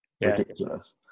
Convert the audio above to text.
ridiculous